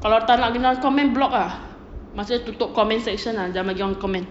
kalau tak nak dengar comment block ah macam tutup comment section ah jangan bagi orang comment